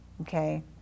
Okay